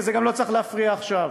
וזה גם לא צריך להפריע עכשיו.